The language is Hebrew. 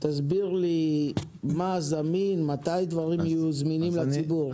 תסביר לי מה זמין, מתי דברים יהיו זמינים לציבור.